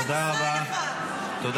תודה רבה, תודה רבה.